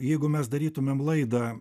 jeigu mes darytumėm laidą